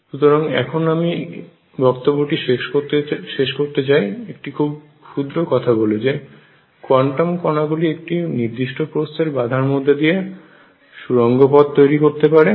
সুতরাং এখন আমি বক্তৃতাটি শেষ করতে চাই একটি খুব ক্ষুদ্র কথা বলে যে কোয়ান্টাম কণাগুলি একটি নির্দিষ্ট প্রস্থের বাঁধার মধ্যে দিয়ে সুড়ঙ্গ পথ তৈরি করতে পারে